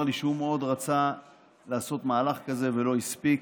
הוא אמר לי שהוא מאוד רצה לעשות מהלך כזה ולא הספיק.